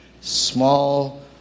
small